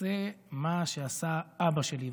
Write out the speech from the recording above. אעשה מה שעשה אבא שלי.